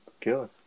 Good